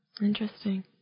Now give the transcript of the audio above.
Interesting